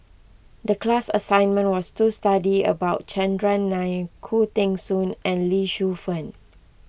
the class assignment was to study about Chandran Nair Khoo Teng Soon and Lee Shu Fen